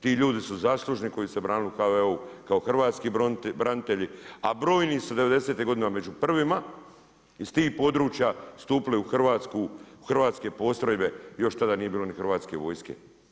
Ti ljudi su zaslužni koji su branili u HVO-u, kao hrvatski branitelji, a brojni su devedesetih godina među prvima, iz tih područja, stupili u hrvatske postrojbe, još tada nije bilo ni hrvatske vojske.